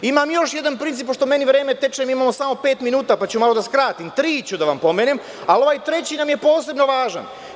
Imam još jedan princip, pošto meni vreme teče, mi imamo samo pet minuta, pa ću malo da skratim, tri ću da vam pomenem, ali ovaj treći nam je posebno važan.